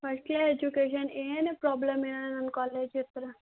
first class education ಏನೂ problem ಇರೋಲ್ಲ ನನ್ನ ಕಾಲೇಜ್ ಹತ್ತಿರ